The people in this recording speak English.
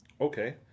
Okay